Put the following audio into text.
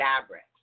fabrics